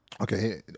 Okay